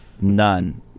none